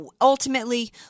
ultimately